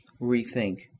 rethink